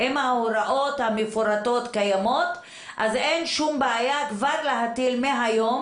אם ההוראות המפורטות קיימות אז אין שום בעיה כבר להטיל מהיום